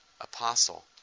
apostle